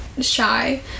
shy